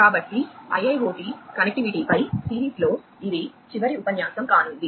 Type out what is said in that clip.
కాబట్టి IIoT కనెక్టివిటీపై సిరీస్లో ఇది చివరి ఉపన్యాసం కానుంది